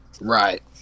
right